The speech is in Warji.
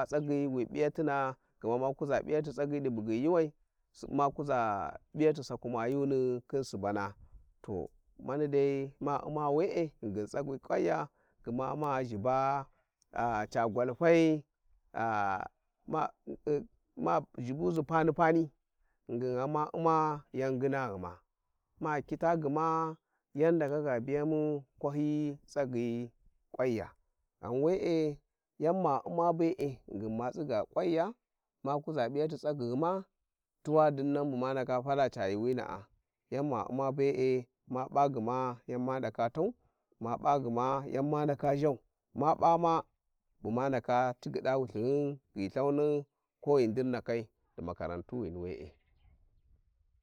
﻿tsagyi wi pijahna gma makuga piyah tsagyi di bugyi yuuwais-ma kuza piyati Sakumayani khin suba na to manidai u`ma we`e ghingin tsagaji kwanya gma ma ghiba ce gwalfai a ma nama ghibuzı pani pani, ghingin ghan ma u`ma yan nginaghuma makita gma yan ndaka ga biyamu kwahi tsagyi Kwanja ghan we`e yan ma u`ma be`e ghingin matsiga kwanya ma kuza p`iyat, tsagyighuma tuwa ndinnan bu ma ndaka fala a yuuwina ayan ma u`ma be`e ma p`a gma yan ma ndaka tun ma p`agma yama naka njoghn ma bama ghma naka buma ndaka tigyi da wulthinghum ghi thani ko ghi ndimakai di makarantuwini we`e